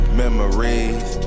memories